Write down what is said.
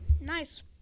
Nice